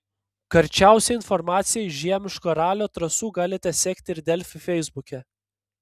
karčiausią informaciją iš žiemiško ralio trasų galite sekti ir delfi feisbuke